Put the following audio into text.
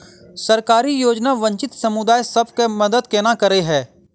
सरकारी योजना वंचित समुदाय सब केँ मदद केना करे है?